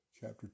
Chapter